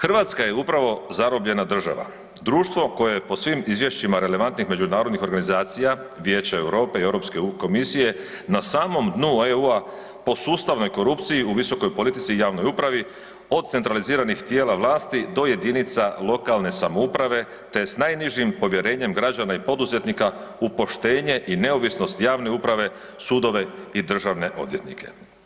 Hrvatska je upravo zarobljena država, društvo koje je po svim izvješćima relevantnih međunarodnih organizacija, Vijeća Europe i Europske komisije, na samom dnu EU-a po sustavnoj korupciji u visokoj politici i javnoj upravi od centraliziranih tijela vlasti do JLS-ova, te s najnižim povjerenjem građana i poduzetnika u poštenje i neovisnost javne uprave, sudove i državne odvjetnike.